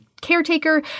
caretaker